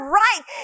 right